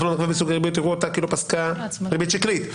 כאילו פסקה ריבית שקלית.